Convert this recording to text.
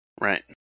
right